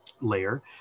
layer